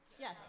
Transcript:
Yes